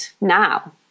now